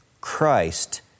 Christ